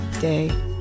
day